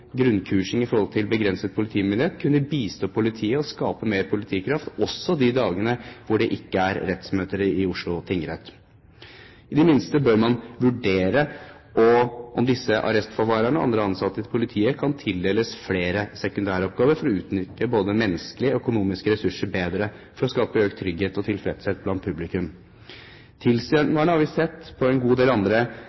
grunnkursing i begrenset politimyndighet kunne bistå politiet og skape mer politikraft de dagene det ikke er rettsmøter i Oslo tingrett. I det minste bør man vurdere om disse arrestforvarerne og andre ansatte i politiet kan tildeles flere sekundæroppgaver, og slik få utnyttet både menneskelige og økonomiske ressurser bedre for å skape økt trygghet og tilfredshet blant